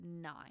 nine